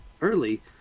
early